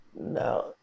No